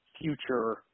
future